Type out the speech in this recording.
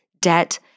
debt